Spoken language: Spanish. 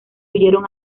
huyeron